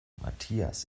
matthias